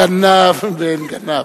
גנב בן גנב.